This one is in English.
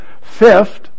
Fifth